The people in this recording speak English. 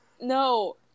No